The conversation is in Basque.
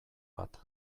bat